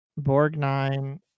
Borgnine